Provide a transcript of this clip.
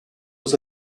was